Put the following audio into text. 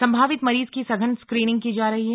संभावित मरीज की सघन स्क्रीनिंग की जा रही है